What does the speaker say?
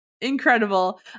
Incredible